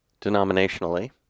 denominationally